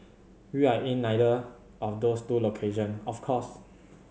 we are in neither of those two location of course